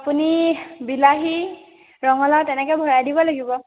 আপুনি বিলাহী ৰঙালাও তেনেকে ভৰাই দিব লাগিব